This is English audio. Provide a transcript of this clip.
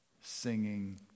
singing